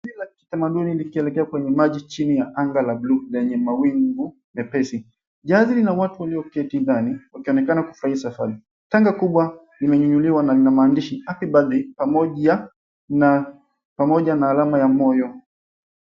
Jahazi la kitamaduni likielekea kwenye maji chini ya anga la buluu lenye maji mepesi. Jahazi lina watu walioketi ndani wakionekana kufurahia safari. Tanga kubwa limeinuliwa na lina maandishi, Happy Birthday, pamoja na alama ya moyo.